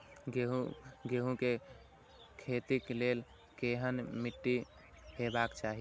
गेहूं के खेतीक लेल केहन मीट्टी हेबाक चाही?